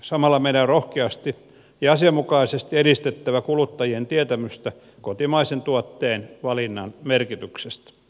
samalla meidän on rohkeasti ja asianmukaisesti edistettävä kuluttajien tietämystä kotimaisen tuotteen valinnan merkityksestä